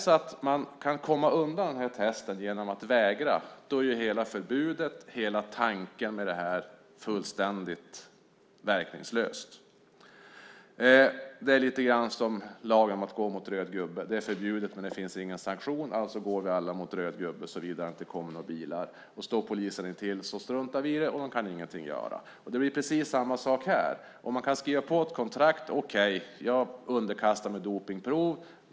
Kan man komma undan testen genom att vägra är hela förbudet och tanken med det fullständigt verkningslös. Det är lite grann som lagen om att gå mot röd gubbe; det är förbjudet, men det finns ingen sanktion. Alltså går vi alla mot röd gubbe såvida det inte kommer några bilar. Om polisen står intill struntar vi i det, och de kan ingenting göra. Det blir precis samma sak här. Man kan skriva på ett kontrakt som innebär att okej - jag underkastar mig dopningsprov.